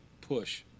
Push